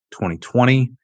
2020